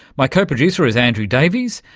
my co-producer is andrew davies.